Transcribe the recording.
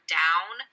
down